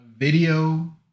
Video